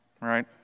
right